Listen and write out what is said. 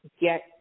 Get